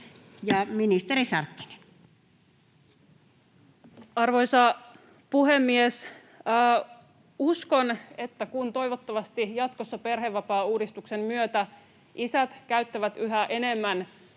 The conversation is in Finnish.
ministeri Sarkkinen. Arvoisa puhemies! Uskon, että kun toivottavasti jatkossa perhevapaauudistuksen myötä isät käyttävät yhä enemmän